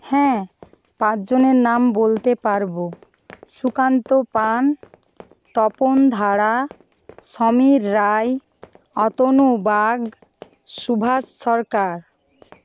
হ্যাঁ পাঁচজনের নাম বলতে পারব সুকান্ত পান তপন ধারা সমীর রায় অতনু বাগ সুভাষ সরকার